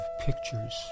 pictures